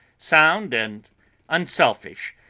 sound and unselfish,